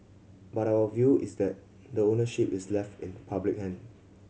but our view is that the ownership is left in public hand